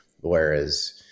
Whereas